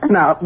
Now